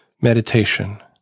Meditation